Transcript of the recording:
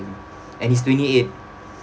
and he's twenty-eight